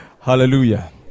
Hallelujah